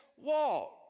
walk